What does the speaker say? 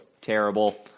Terrible